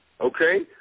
okay